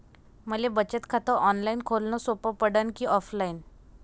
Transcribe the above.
मले बचत खात ऑनलाईन खोलन सोपं पडन की ऑफलाईन?